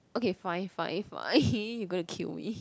okay fine fine fine you're gonna kill me